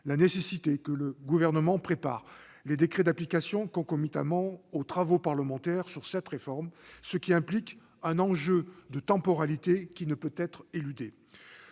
la nécessité que le Gouvernement prépare les décrets d'application concomitamment aux travaux parlementaires sur cette réforme, ce qui implique un enjeu de temporalité qui ne peut être éludé.